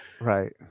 right